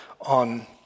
on